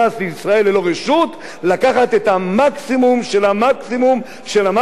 לקחת את המקסימום של המקסימום של המקסימום של סימנים,